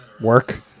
Work